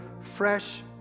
fresh